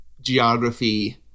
geography